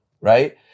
right